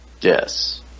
Yes